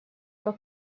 как